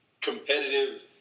competitive